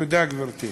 תודה, גברתי.